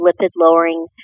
lipid-lowering